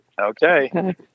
Okay